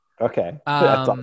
Okay